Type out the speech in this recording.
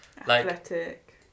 athletic